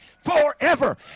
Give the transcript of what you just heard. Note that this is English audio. Forever